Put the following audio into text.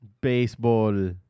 baseball